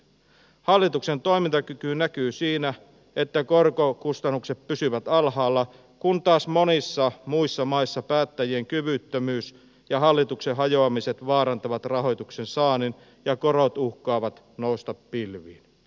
hallituksen toimintakyky näkyy siinä että korkokustannukset pysyvät alhaalla kun taas monissa muissa maissa päättäjien kyvyttömyys ja hallitusten hajoamiset vaarantavat rahoituksen saannin ja korot uhkaavat nousta pilviin